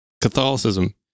Catholicism